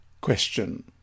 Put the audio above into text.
Question